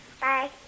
Bye